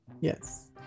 Yes